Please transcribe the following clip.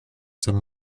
some